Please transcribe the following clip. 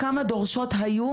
כמה דורשות היו?